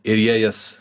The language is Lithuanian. ir jie jas